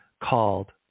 called